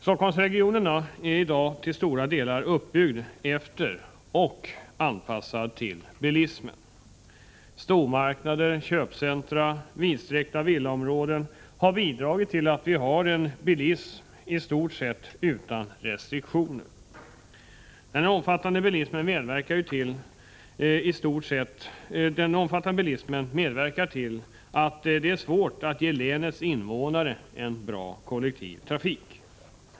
Stockholmsregionen är i dag till stora delar uppbyggd efter och anpassad till bilismen. Stormarknader, köpcentra, vidsträckta villaområden har bidragit till att vi har en bilism i stort sett utan restriktioner. Den omfattande bilismen medverkar till att göra det svårt att ge länets invånare en bra kollektivtrafik.